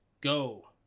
Go